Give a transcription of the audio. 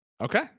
Okay